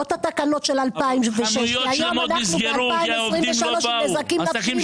לא את התקנות של 2006. היום אנחנו ב-2023 עם נזקים נפשיים מטורפים,